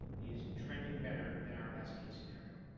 is trending better than our best-case scenario.